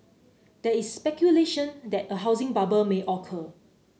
there is speculation that a housing bubble may occur